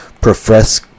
profess